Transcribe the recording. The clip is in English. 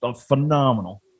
phenomenal